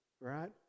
right